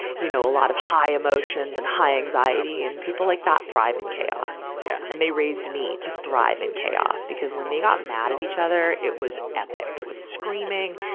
you know, a lot of high emotions and high anxiety. and people like that thrive in chaos. yeah and they raised me to thrive in chaos, because when they got mad at each other, it was epic. it was screaming,